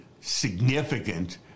significant